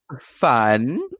fun